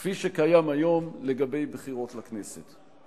כפי שקיים היום לגבי בחירות לכנסת.